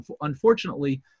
unfortunately